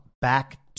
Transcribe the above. back